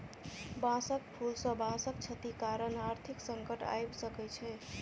बांसक फूल सॅ बांसक क्षति कारण आर्थिक संकट आइब सकै छै